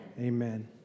Amen